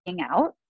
out